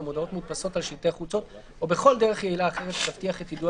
במודעות מודפסות על שלטי חוצות או בכל דרך יעילה אחרת שתבטיח את יידוע